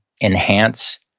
enhance